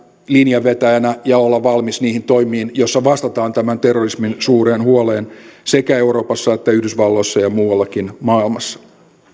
linjanvetäjänä ja olla valmis niihin toimiin joilla vastataan suureen huoleen terrorismista sekä euroopassa että yhdysvalloissa ja muuallakin maailmassa